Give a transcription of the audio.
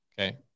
Okay